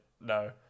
no